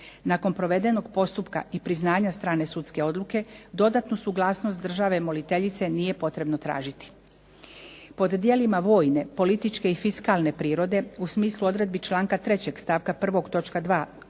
Nakon provedenog postupka i priznanja strane sudske odluke dodatnu suglasnost države moliteljice nije potrebno tražiti. Pod dijelima vojne, političke i fiskalne prirode u smislu odredbi čl. 3. st. 1. točka 2.